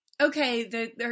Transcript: okay